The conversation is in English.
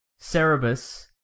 Cerebus